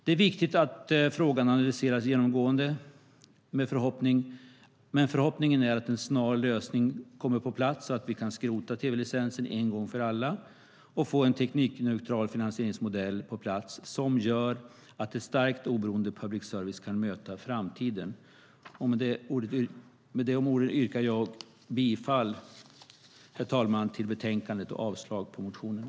Det är viktigt att frågan analyseras genomgående, men förhoppningen är att en snar lösning kommer på plats, så att vi kan skrota tv-licensen en gång för alla och få en teknikneutral finansieringsmodell som gör att ett starkt och oberoende public service kan möta framtiden. Med detta yrkar jag bifall till utskottets förslag och avslag på motionerna.